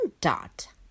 dot